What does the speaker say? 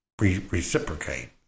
reciprocate